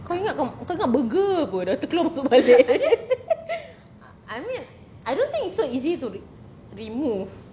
kau ingat kau ingat burger ke apa dah terkeluar masuk balik I mean I don't think it's so easy to re~ remove